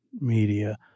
media